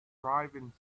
driving